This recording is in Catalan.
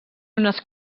unes